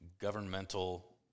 governmental